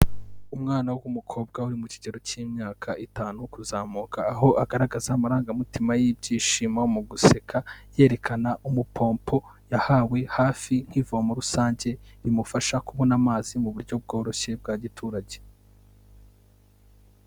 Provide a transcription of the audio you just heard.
Umwana w'umukobwa uri mu kigero cy'imyaka itanu kuzamuka, aho agaragaza amarangamutima y'ibyishimo mu guseka, yerekana umupopo yahawe hafi nk'ivomo rusange rimufasha kubona amazi mu buryo bworoshye bwa giturage.